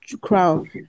crown